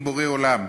עם בורא עולם,